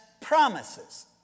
promises